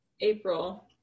April